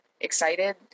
excited